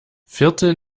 viertel